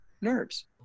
nerves